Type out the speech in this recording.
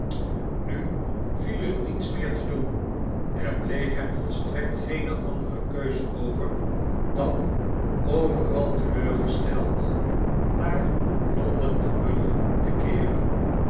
nu viel er niets meer te doen er bleef hem volstrekt geene andere keus over dan overal teleurgesteld naar l o n d e n terug te keeren